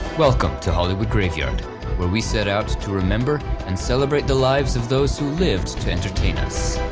welcome to hollywood graveyard where we set out to remember and celebrate the lives of those who lived to entertain us,